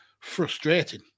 frustrating